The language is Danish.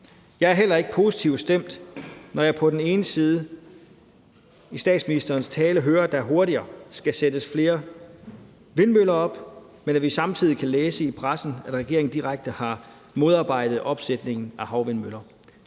Jeg er heller ikke positivt stemt, når vi på den ene side i statsministerens tale hører, at der hurtigere skal sættes flere vindmøller op, og på den anden side samtidig kan læse i pressen, at regeringen direkte har modarbejdet opsætning af havvindmøller.